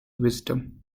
wisdom